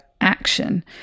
action